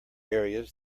areas